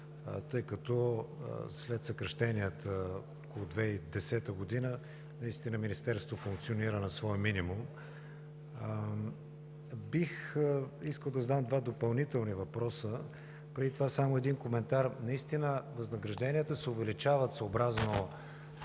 тъй като след съкращенията от 2010 г. Министерството функционира на своя минимум. Бих искал да задам два допълнителни въпроса. Преди това един коментар. Възнагражденията се увеличават съобразно